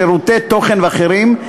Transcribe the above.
שירותי תוכן ואחרים,